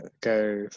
go